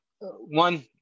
One